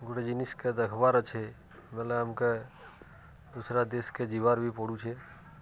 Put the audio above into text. ଗୁଟେ ଜିନିଷ୍କ ଦେଖିବାର ଅଛେ ବେଲେ ଆମକ ଦୁସରା ଦେଶକ ଯିବାର ବି ପଡ଼ୁଛେ